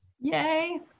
Yay